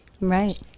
right